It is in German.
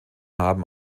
haben